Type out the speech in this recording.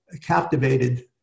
captivated